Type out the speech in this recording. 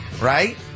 right